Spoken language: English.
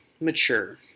mature